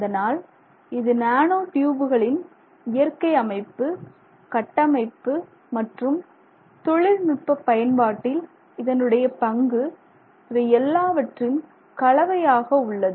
அதனால் இது நானோ டியூபுகளின் இயற்கை அமைப்பு கட்டமைப்பு மற்றும் தொழில்நுட்ப பயன்பாட்டில் இதனுடைய பங்கு இவை எல்லாவற்றின் கலவையாக உள்ளது